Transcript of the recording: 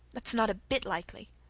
that's not a bit likely.